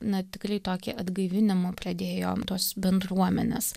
na tikrai tokį atgaivinimą pradėjo tos bendruomenės